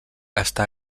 està